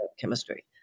Chemistry